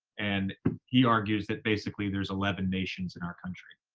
and he argues that basically there's eleven nations in our country.